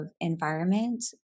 environment